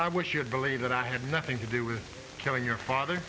i wish you would believe that i had nothing to do with killing your father